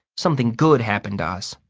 something good happened to us.